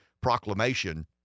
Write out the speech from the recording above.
Proclamation